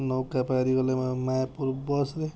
ନୌକା ପାରି ଗଲେ ମାୟାପୁର ବସ୍ରେ